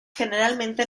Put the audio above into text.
generalmente